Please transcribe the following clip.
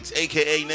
aka